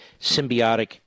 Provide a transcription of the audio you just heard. symbiotic